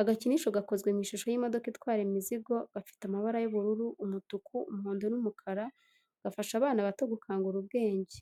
Agakinisho gakozwe mu ishusho y'imodoka itwara imizigo gafite amabari y'ubururu, umutuku, umuhondo n'umukara gafasha abana bato gukangura ubwenge.